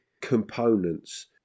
components